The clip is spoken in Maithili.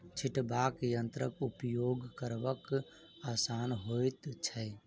छिटबाक यंत्रक उपयोग करब आसान होइत छै